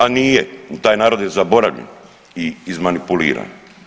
A nije, taj narod je zaboravljen i izmanipuliran.